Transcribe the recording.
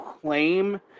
claim